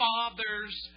Father's